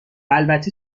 البته